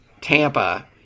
Tampa